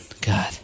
God